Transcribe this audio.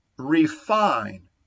refine